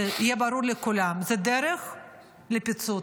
שיהיה ברור לכולם, זה דרך לפיצוץ.